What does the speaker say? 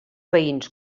veïns